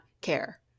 care